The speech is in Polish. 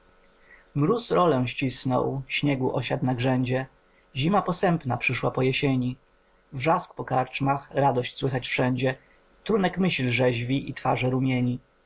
mróz rolą ścisnął śnieg osiadł na grzędzie zima posępna przyszła po jesieni wrzaski po karczmach radość słychać wszędzie trunek myśl rzeźwi i twarze rumieni